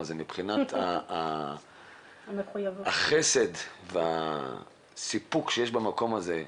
הזה מבחינת החסד והסיפוק שיש במקום הזה.